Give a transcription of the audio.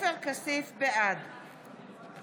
בעד